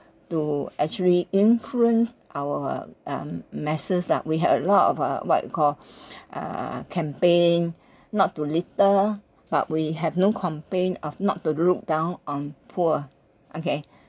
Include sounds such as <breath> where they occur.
to actually influence our um masses lah we had a lot of uh what you call <breath> uh campaign not to litter but we have no complain of not to look down on poor okay